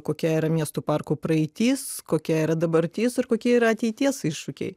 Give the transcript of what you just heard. kokia yra miestų parkų praeitis kokia yra dabartis ir kokie yra ateities iššūkiai